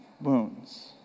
wounds